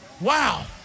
Wow